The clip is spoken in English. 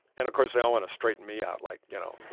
and of course, they'll want to straighten me out, like, you know,